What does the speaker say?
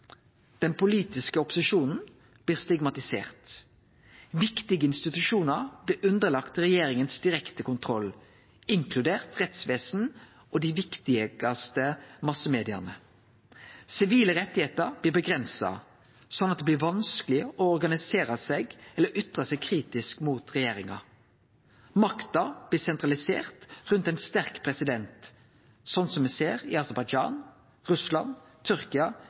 Den politiske opposisjonen blir stigmatisert. Viktige institusjonar, inkludert rettsvesen og dei viktigaste massemedia, blir underlagde direkte kontroll frå regjeringa si side. Sivile rettar blir avgrensa, slik at det blir vanskeleg å organisere seg eller ytre seg kritisk mot regjeringa. Makta blir sentralisert rundt ein sterk president, slik me ser i Aserbajdsjan, Russland, Tyrkia